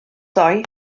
ddoe